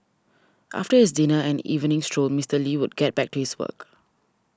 after his dinner and evening stroll Mister Lee would get back to his work